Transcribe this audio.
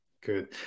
good